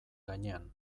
gainean